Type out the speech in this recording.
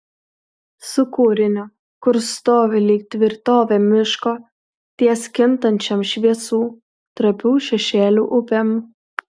su kūriniu kurs stovi lyg tvirtovė miško ties kintančiom šviesų trapių šešėlių upėm